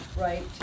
right